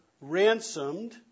ransomed